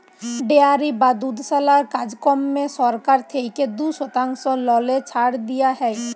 dairy বা দুধশালার কাজকম্মে সরকার থ্যাইকে দু শতাংশ ললে ছাড় দিয়া হ্যয়